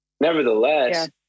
Nevertheless